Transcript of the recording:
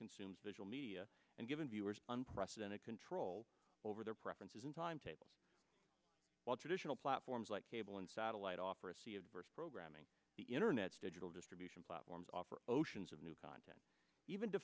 consumes visual media and given viewers unprecedented control over their preferences and timetables while traditional platforms like cable and satellite offer a sea of burst programming the internet's digital distribution platforms offer oceans of new content even